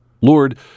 Lord